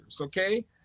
okay